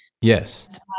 Yes